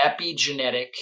epigenetic